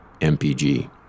MPG